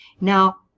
Now